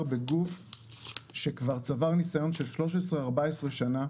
בגוף שכבר צבר ניסיון של 13-14 שנה.